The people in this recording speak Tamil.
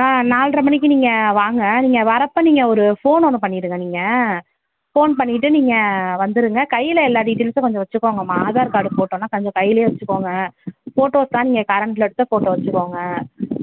ஆ நால்ரை மணிக்கு நீங்கள் வாங்க நீங்கள் வரப்போ நீங்கள் ஒரு ஃபோன் ஒன்று பண்ணிடுங்க நீங்கள் ஃபோன் பண்ணிவிட்டு நீங்கள் வந்துடுங்க கையில எல்லா டீடெய்ல்ஸும் கொஞ்சம் வச்சுக்கோங்கம்மா ஆதார் கார்ட் ஃபோட்டோலாம் கொஞ்சம் கையிலே வச்சுக்கோங்க ஃபோட்டோ நீங்கள் கரண்டில் எடுத்த ஃபோட்டோ வச்சுக்கோங்க